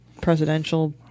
presidential